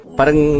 Parang